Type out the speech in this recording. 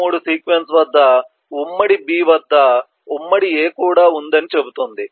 3 sequence వద్ద ఉమ్మడి b వద్ద ఉమ్మడి a కూడా వుంది అని చెబుతుంది